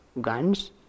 guns